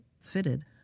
fitted